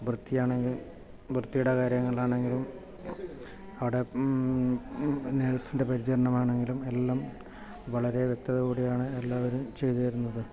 വൃത്തിയാണെങ്കിലും വൃത്തിടെ കാര്യങ്ങൾ ആണെങ്കിലും അവിടെ നേഴ്സിൻ്റെ പരിചരണമാണെങ്കിലും എല്ലാം വളരെ വ്യക്തതയോടാണ് എല്ലാവരും ചെയ്ത് തരുന്നത്